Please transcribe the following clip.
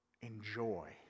enjoy